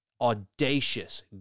audacious